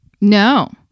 no